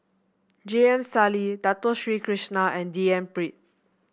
J M Sali Dato Sri Krishna and D N Pritt